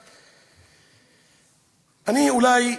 אולי,